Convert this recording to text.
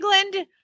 England